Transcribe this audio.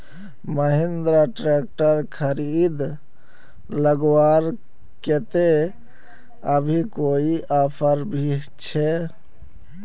Mahindra tractor खरीद लगवार केते अभी कोई ऑफर भी छे?